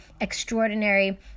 extraordinary